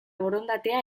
borondatea